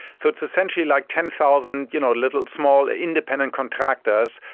so it's essentially like ten thousand you know little small independent contractors,